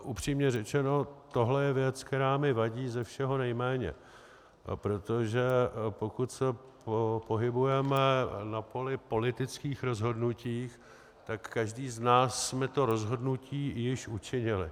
Upřímně řečeno, tohle je věc, která mi vadí ze všeho nejméně, protože pokud se pohybujeme na poli politických rozhodnutí, tak každý z nás jsme to rozhodnutí již učinili.